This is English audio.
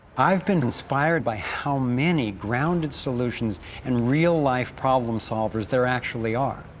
i've been inspired by how many grounded solutions and real-life problem solvers there actually are.